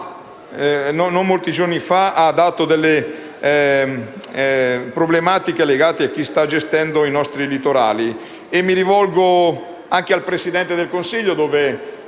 non molti giorni fa ha determinato problematiche legate a chi sta gestendo i nostri litorali. Mi rivolgo anche al Presidente del Consiglio che